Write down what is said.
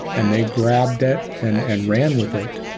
and they grabbed it and and ran with it.